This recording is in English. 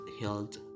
Health